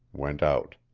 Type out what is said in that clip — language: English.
went out.